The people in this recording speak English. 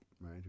right